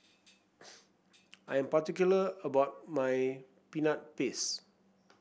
I am particular about my Peanut Paste